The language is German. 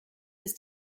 ist